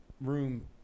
room